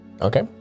Okay